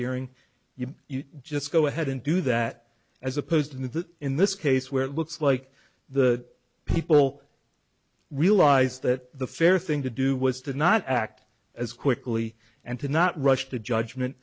hearing you just go ahead and do that as opposed to that in this case where it looks like the people realize that the fair thing to do was to not act as quickly and to not rush to judgment